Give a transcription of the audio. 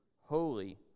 holy